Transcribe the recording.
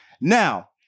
Now